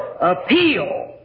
appeal